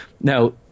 Now